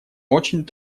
очень